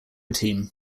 team